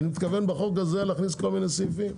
אני מתכוון בחוק הזה להכניס כל מיני סעיפים.